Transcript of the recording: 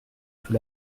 peu